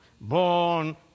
born